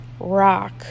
rock